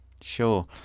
Sure